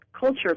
culture